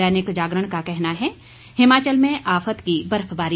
दैनिक जागरण का कहना है हिमाचल में आफत की बर्फबारी